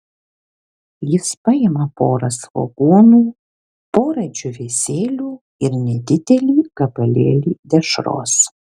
jis paima porą svogūnų porą džiūvėsėlių ir nedidelį gabalėlį dešros